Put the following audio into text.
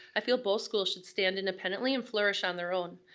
i feel both schools should stand independently and flourish on their own.